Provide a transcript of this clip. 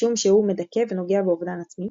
משום שהוא "מדכא" ו"נוגע באובדן עצמי".